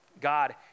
God